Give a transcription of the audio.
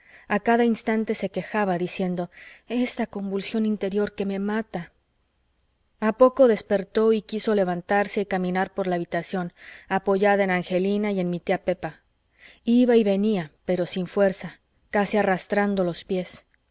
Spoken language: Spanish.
a cada instante se quejaba diciendo esta convulsión interior que me mata a poco despertó y quiso levantarse y caminar por la habitación apoyada en angelina y en mi tía pepa iba y venía pero sin fuerza casi arrastrando los píes